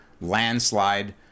landslide